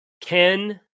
Ken